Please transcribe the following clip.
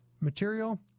material